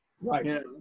Right